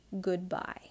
Goodbye